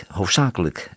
hoofdzakelijk